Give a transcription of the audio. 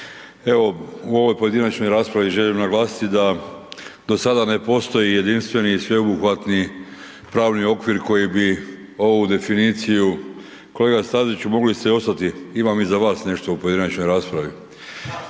evo u ovoj pojedinačnoj raspravi želim naglasiti da do sada ne postoji jedinstveni i sveobuhvatni pravni okvir koji bi ovu definiciju, kolega Staziću mogli ste ostati imam i za vas nešto u pojedinačnoj raspravi.